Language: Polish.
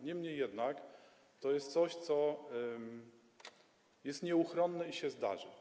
Niemniej jednak to jest coś, co jest nieuchronne i się zdarzy.